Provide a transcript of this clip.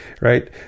right